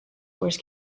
wars